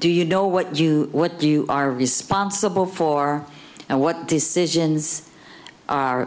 do you know what you what you are responsible for and what decisions are